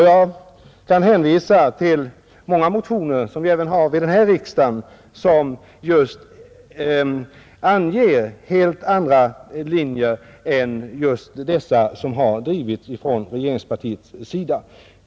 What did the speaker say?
Jag kan hänvisa till många motioner som väckts vid denna riksdag och som anger helt andra linjer än de som drivits från regeringspartiets sida.